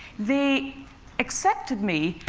they accepted me.